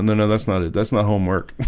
no no that's not it. that's not homework